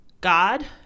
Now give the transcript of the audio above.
God